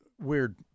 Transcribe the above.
weird –